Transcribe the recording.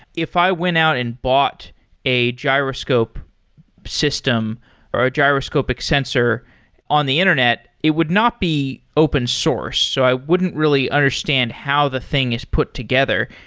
if i went out and bought a gyroscope system or a gyroscopic sensor on the internet, it would not be open source. so i wouldn't really understand how the thing is put together.